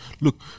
Look